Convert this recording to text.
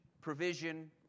provision